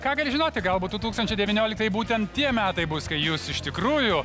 ką gali žinoti galbūt du tūkstančiai devynioliktieji būtent tie metai bus kai jūs iš tikrųjų